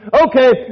okay